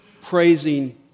praising